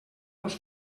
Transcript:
los